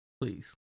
Please